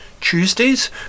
Tuesdays